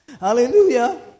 Hallelujah